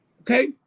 Okay